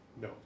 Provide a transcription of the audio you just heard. No